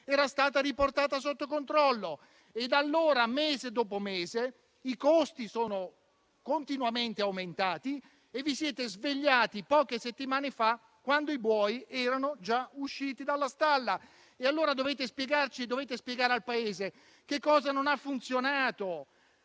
era stata riportata sotto controllo. Da allora, mese dopo mese, i costi sono continuamente aumentati e voi vi siete svegliati solo poche settimane fa, quando i buoi erano già usciti dalla stalla. Allora dovete spiegarci e dovete spiegare al Paese che cosa non ha funzionato.